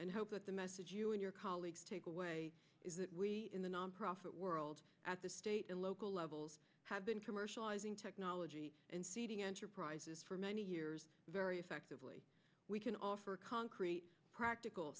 and hope that the message you and your colleagues take away is that we in the nonprofit world at the state and local levels have been commercialising technology and seeding enterprises for many years very effectively we can offer concrete practical